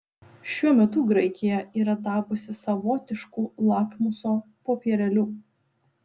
šiuo metu graikija yra tapusi savotišku lakmuso popierėliu